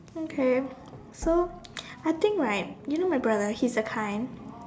okay so I think right you know my brother his the kind